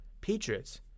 Patriots